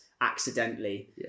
accidentally